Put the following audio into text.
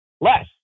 less